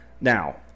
Now